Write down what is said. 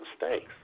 mistakes